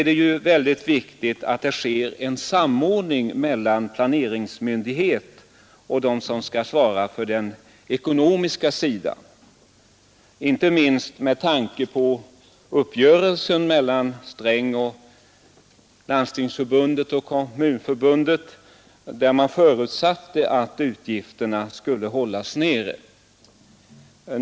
Det är också viktigt att det sker en samordning mellan planeringsmyndigheten och dem som skall svara för den ekonomiska sidan, inte minst med tanke på uppgörelsen mellan herr Sträng, Landstingsförbundet och Kommunförbundet, i vilken det förutsattes att utgifterna skulle hållas nere.